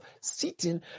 sitting